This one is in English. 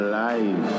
life